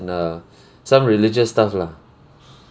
uh some religious stuff lah